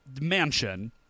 mansion